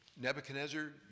Nebuchadnezzar